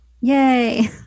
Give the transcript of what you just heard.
Yay